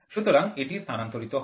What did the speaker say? সুতরাং এটি স্থানান্তরিত হয়